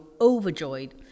overjoyed